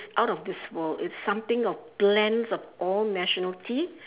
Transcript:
out of this world it's something of blends of all nationality